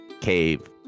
cave